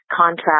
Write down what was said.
Contract